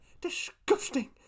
Disgusting